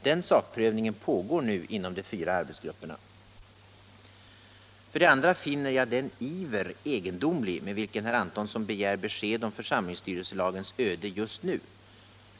Den sakprövningen pågår nu inom de fyra arbetsgrupperna. För det andra finner jag den iver egendomlig med vilken herr Antonsson begär besked om församlingsstyrelselagens öde just nu.